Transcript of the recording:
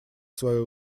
свое